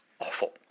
awful